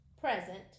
present